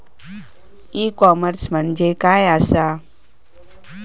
E commerce म्हणजे काय असा?